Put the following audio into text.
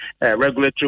regulatory